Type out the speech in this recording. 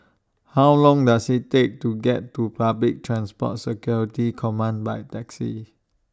How Long Does IT Take to get to Public Transport Security Command By Taxi